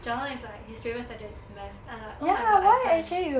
jordan is like his favourite subject is math I'm like oh my god I can't